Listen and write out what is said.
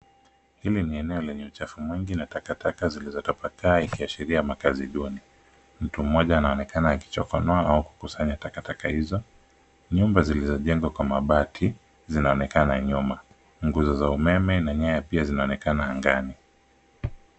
Hili ni eneo lenye uchafu mwingi na takataka zilizotapakaa ikiashiria makazi duni. Mtu mmoja anaonekana akichokonoa au kukusanya takataka hizo. Nyumba zilizojengwa kwa mabati zinaonekana nyuma. Nguzo za umeme na nyaya pia zinaonekana angani.